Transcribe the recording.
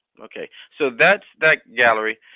ok, so that's that gallery.